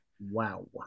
Wow